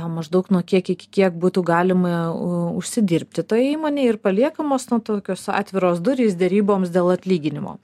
maždaug nuo kiek iki kiek būtų galima užsidirbti toje įmonėj ir paliekamos na tokios atviros durys deryboms dėl atlyginimo